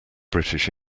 british